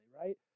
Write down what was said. right